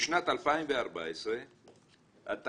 בשנת 2014 התקציב